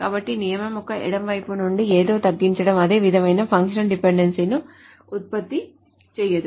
కాబట్టి నియమం యొక్క ఎడమ వైపు నుండి ఏదో తగ్గించడం అదే విధమైన ఫంక్షనల్ డిపెండెన్సీలను ఉత్పత్తి చేయదు